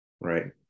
Right